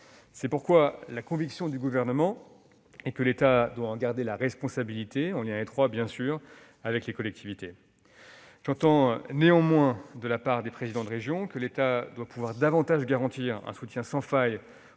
C'est pourquoi la conviction du Gouvernement est que l'État doit en garder la responsabilité, en lien étroit avec les collectivités. J'entends néanmoins, de la part des présidents de région, que l'État doit pouvoir garantir un soutien sans faille